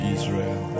Israel